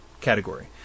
category